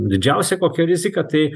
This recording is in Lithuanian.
didžiausia kokia rizika tai